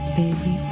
baby